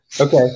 Okay